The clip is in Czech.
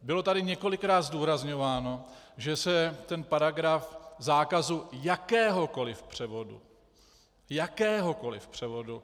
Bylo tady několikrát zdůrazňováno, že se paragraf zákazu jakéhokoliv převodu jakéhokoliv převodu!